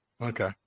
Okay